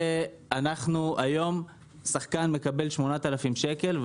היום שחקן מקבל 8,000 שקל,